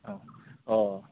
औ अ